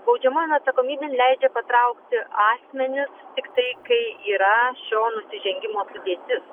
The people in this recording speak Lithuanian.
baudžiamojon atsakomybėn leidžia patraukti asmenis tiktai kai yra šio nusižengimo sudėtis